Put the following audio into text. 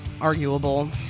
arguable